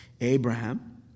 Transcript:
Abraham